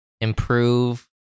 improve